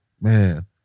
man